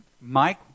Mike